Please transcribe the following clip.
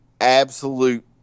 absolute